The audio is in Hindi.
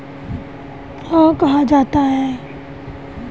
गिर नस्ल को अन्यथा भदावरी, देसन, गुजराती, काठियावाड़ी, सोरथी और सुरती कहा जाता है